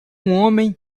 homem